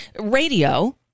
radio